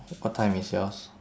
what time is yours